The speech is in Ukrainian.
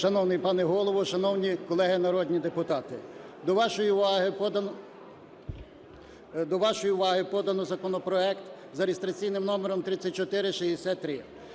Шановний пане Голово, шановні колеги народні депутати! До вашої подано законопроект за реєстраційним номер 3463.